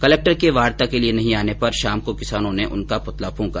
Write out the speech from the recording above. collector के वार्ता के लिए नहीं आने पर शाम को किसानों ने उनका पुतला फूंका